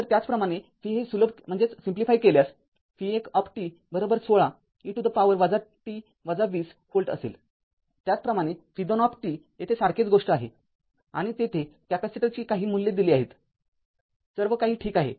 नंतर त्याचप्रमाणे v हे सुलभ केल्यास v१ १६ e to the power t २० volt असेल त्याचप्रमाणे v२येथे सारखीच गोष्ट तेथे आहे आणि तेथे कॅपेसिटरची जी काही मूल्ये दिली आहेतसर्वकाही ठीक आहे